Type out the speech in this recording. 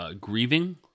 Grieving